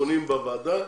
בתיקונים בוועדה,